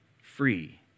free